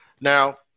Now